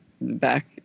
back